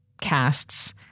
casts